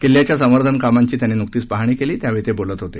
किल्ल्याच्या संवर्धन कामांची त्यांनी नुकतीच पाहाणी केली त्यावेळी ते बोलत होते